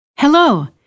Hello